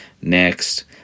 Next